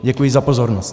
Děkuji za pozornost.